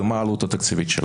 ומה העלות התקציבית שלהם?